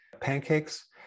pancakes